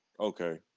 Okay